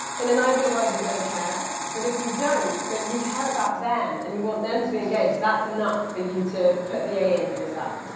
in an ideal world you're going to care, but if you don't, but you care about them and you want them to be engaged, that's enough for you to put the a in for yourself.